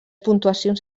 puntuacions